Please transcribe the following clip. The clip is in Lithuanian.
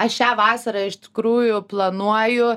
aš šią vasarą iš tikrųjų planuoju